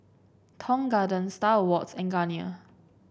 Tong Garden Star Awards and Garnier